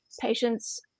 patients